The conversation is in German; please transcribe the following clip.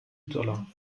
dollar